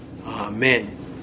Amen